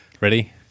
ready